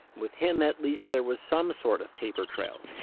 with him at least there was some sort of paper trail,